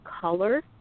color